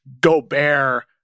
Gobert